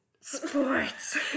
Sports